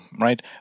right